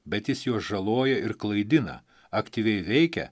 bet jis juos žaloja ir klaidina aktyviai veikia